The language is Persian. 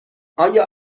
آیا